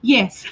Yes